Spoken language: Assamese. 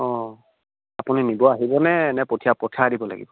অঁ আপুনি নিব আহিবনে নে পঠিয়া পঠিয়াই দিব লাগিব